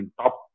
top